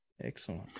Excellent